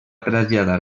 traslladar